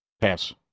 Pass